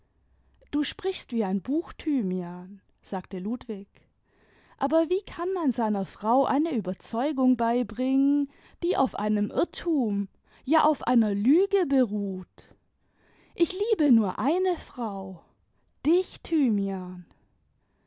du sprichst wie ein buch thymian sagte ludwig aber wie kann man seiner frau eine überzeugung beibringen die auf einem irrtum ja auf einer lüge beruht ich liebe nur eine fraul dich thymian